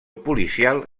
policial